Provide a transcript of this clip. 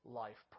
life